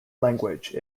language